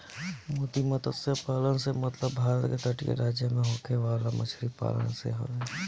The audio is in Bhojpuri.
मोती मतस्य पालन से मतलब भारत के तटीय राज्य में होखे वाला मछरी पालन से हवे